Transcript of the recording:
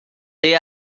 they